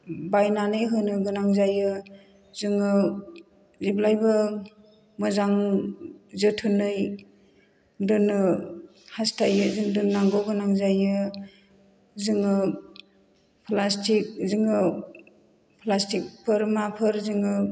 बायनानै होनो गोनां जायो जोङो जेब्लायबो मोजां जोथोनै दोननो हास्थायो जों दोननांगौ गोनां जायो जोङो प्लास्टिक जोङो प्लास्टिकफोर माफोर जोङो